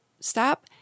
stop